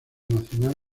nacional